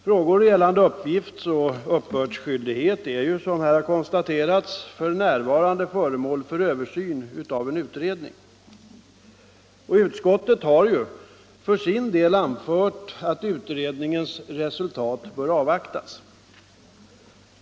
Frågor gällande uppgiftsoch uppbördsskyldigheten är, som här konstaterats, f. n. föremål för översyn av en utredning. Utskottet har för sin del anfört att utredningens resultat bör avvaktas.